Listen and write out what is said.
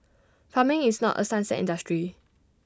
farming is not A sunset industry